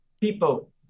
people